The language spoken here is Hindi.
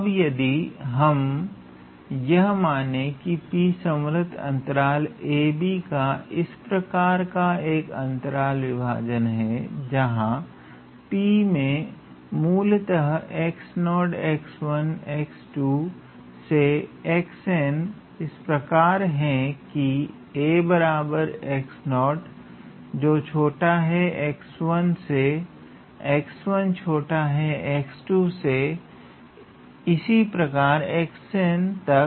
अब यदि हम यह माने की P संवृत अंतराल ab का इस प्रकार का एक अंतराल विभाजन है जहां P में मूलतः से इस प्रकार हैं की 𝑎 जो छोटा है से छोटा है से इसी प्रकार तक